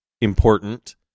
important